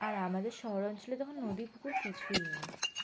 আর আমাদের শহর অঞ্চলে তো এখন নদী পুকুর কিছুই নেই